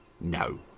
no